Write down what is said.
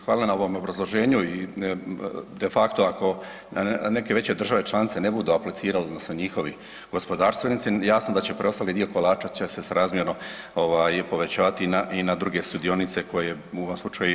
Hvala na ovom obrazloženju i de facto ako neke veće države članice ne budu aplicirali sa njihovim gospodarstvenicima, jasno da će preostali dio kolača će se srazmjerno ovaj povećavati na, i na druge sudionice koje, u ovom slučaju i RH.